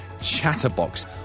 Chatterbox